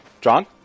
John